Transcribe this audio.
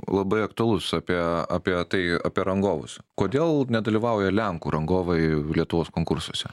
labai aktualus apie apie tai apie rangovus kodėl nedalyvauja lenkų rangovai lietuvos konkursuose